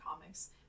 comics